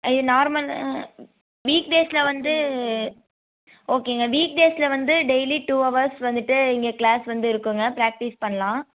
இது normal week டேஸ்சில் வந்து ஓகேங்க வீக் டேஸ்சில் வந்து டெய்லி டூ ஹவர்ஸ் வந்துட்டு இங்கே க்ளாஸ் வந்து இருக்குங்க ப்ராக்டிஸ் பண்ணலாம்